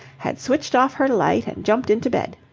had switched off her light and jumped into bed.